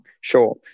Sure